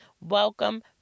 welcome